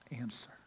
answer